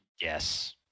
Yes